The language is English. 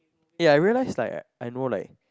eh I realize like I know like